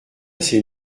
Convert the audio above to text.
c’est